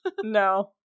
no